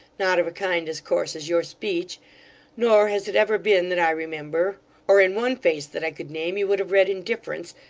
not of a kind as coarse as your speech nor has it ever been, that i remember or, in one face that i could name, you would have read indifference,